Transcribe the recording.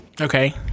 Okay